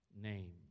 name